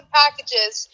packages